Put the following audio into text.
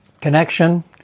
connection